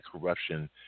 corruption